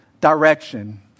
direction